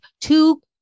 two